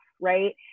right